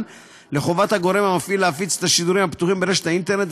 חובת הגורם המפעיל להפיץ את השידורים הפתוחים באינטרנט,